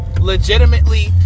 legitimately